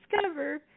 discover